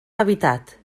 habitat